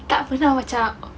tak bila macam